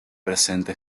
presente